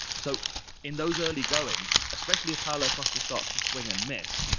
so in those earlygoings, especially if paulo costa starts to swing and miss,